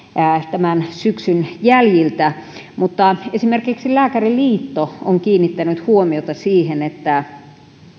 tämän syksyn jäljiltä mutta esimerkiksi lääkäriliitto on kiinnittänyt huomiota siihen että